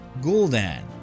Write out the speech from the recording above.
Gul'dan